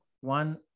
One